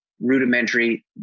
rudimentary